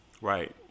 Right